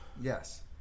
Yes